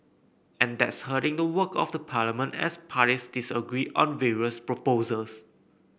and that's hurting the work of the parliament as parties disagree on various proposals